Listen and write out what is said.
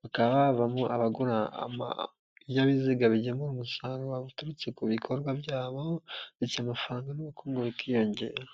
bakaba havamo abagura ibinyabiziga bigemura umusaruro uturutse ku bikorwa byabo ndetse amafaranga n'ubukungu bikiyongera.